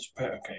Okay